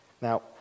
Now